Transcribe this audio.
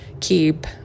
keep